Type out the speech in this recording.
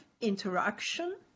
interaction